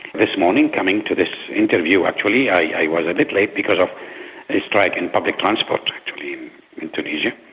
this morning coming to this interview actually i was a bit late because of a strike in public transport actually in tunisia,